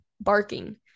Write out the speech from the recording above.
barking